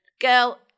girl